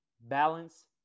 Balance